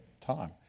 time